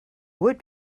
would